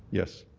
yes.